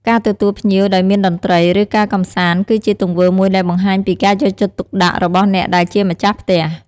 ការទទួលភ្ញៀវដោយមានតន្ត្រី ឬ ការកំសាន្តគឺជាទង្វើមួយដែលបង្ហាញពីការយកចិត្តទុកដាក់របស់អ្នកដែលជាម្ចាស់ផ្ទះ។